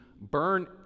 burn